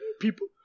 people